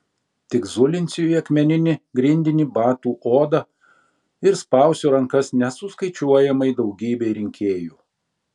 tik zulinsiu į akmeninį grindinį batų odą ir spausiu rankas nesuskaičiuojamai daugybei rinkėjų